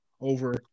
over